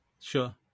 Sure